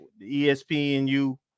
ESPNU